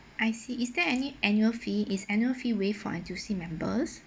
I see is there any annual fee is annual fee waived for N_T_U_C members